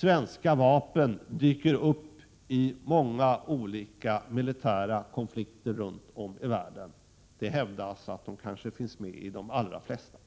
Svenska vapen dyker upp i många olika militära konflikter runt om i världen — det hävdas att de finns med i de allra flesta